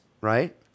right